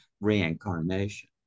reincarnation